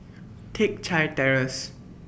Teck Chye Terrace